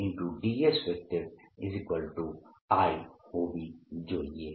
dSI હોવી જોઈએ